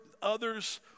others